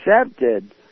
accepted